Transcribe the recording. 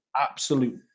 Absolute